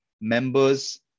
members